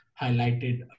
highlighted